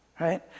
right